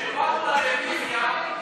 כשבאנו לרוויזיה,